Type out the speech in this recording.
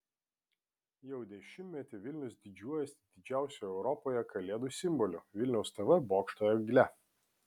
jau dešimtmetį vilnius didžiuojasi didžiausiu europoje kalėdų simboliu vilniaus tv bokšto egle